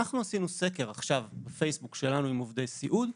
אנחנו עשינו עכשיו סקר בפייסבוק שלנו עם עובדי סיעוד.